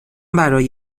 برای